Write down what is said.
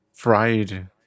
Fried